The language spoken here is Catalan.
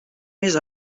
més